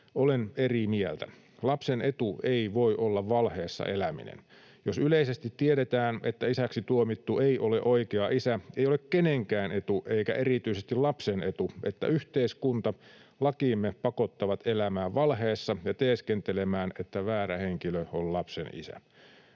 Olen eri mieltä. Lapsen etu ei voi olla valheessa eläminen. Jos yleisesti tiedetään, että isäksi tuomittu ei ole oikea isä, ei ole kenenkään etu eikä erityisesti lapsen etu, että yhteiskunta ja lakimme pakottavat elämään valheessa ja teeskentelemään, että väärä henkilö on lapsen isä.